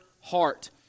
heart